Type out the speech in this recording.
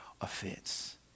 offense